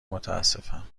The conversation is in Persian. متاسفم